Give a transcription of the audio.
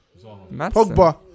Pogba